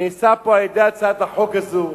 מה שנעשה פה על-ידי הצעת החוק הזו,